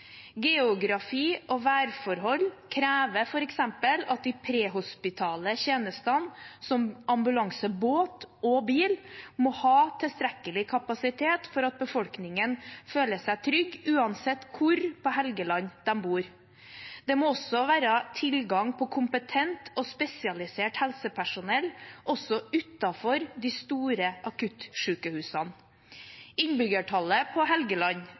Geografi og værforhold krever f.eks. at de prehospitale tjenestene, som ambulansebåt og -bil, må ha tilstrekkelig kapasitet for at befolkningen skal føle seg trygg uansett hvor på Helgeland man bor. Det må være tilgang på kompetent og spesialisert helsepersonell, også utenfor de store akuttsykehusene. Innbyggertallet på Helgeland